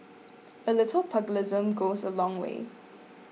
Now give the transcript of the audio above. a little pugilism goes a long way